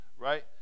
right